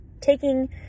taking